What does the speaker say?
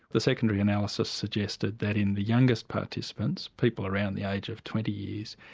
the secondary analysis suggested that in the youngest participants, people around the age of twenty years,